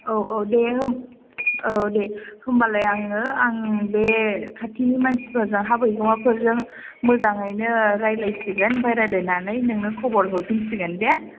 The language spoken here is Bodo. औ औ दे औ दे होमब्लालाय आङो आं बे खाथिनि मानसिफोरजों हा बिगोमाफोरजों मोजाङैनो रायज्लायसिगोन ओमफाय रायज्लायनानै नोंनो खबर हरफिनसिगोन दे